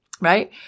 Right